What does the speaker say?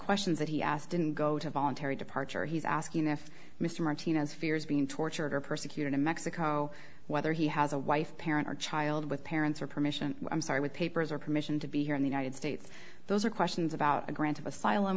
questions that he asked didn't go to voluntary departure he's asking if mr martinez fears being tortured or persecuted in mexico whether he has a wife parent or child with parents or permission i'm sorry with papers or permission to be here in the united states those are questions about a grant of asylum